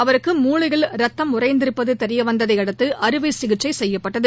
அவருக்கு மூளையில் ரத்தம் உறைந்திருப்பது தெரியவந்ததை அடுத்து அறுவை சிகிச்சை செய்யப்பட்டது